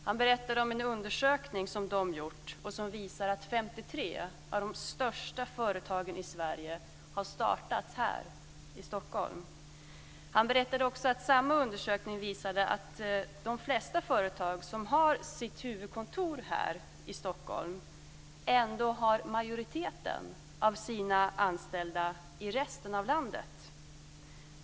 Han berättade om en undersökning som de gjort och som visar att 53 av de största företagen i Sverige har startats här i Stockholm. Han berättade också att samma undersökning visar att de flesta företag som har sitt huvudkontor här i Stockholm ändå har majoriteten av sina anställda i resten av landet.